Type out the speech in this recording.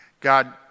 God